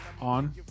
on